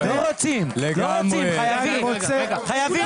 לא רוצים, חייבים, חייבים לעבוד.